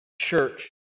church